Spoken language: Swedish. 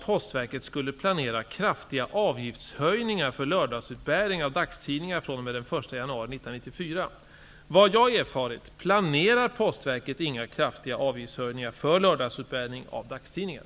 Postverkets agerande i fråga om prissättning för tidningsdistributionen på lördagar inte skall gå stick i stäv med statsmakternas intentioner i fråga om distributionsstödet till dagspressen?